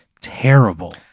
terrible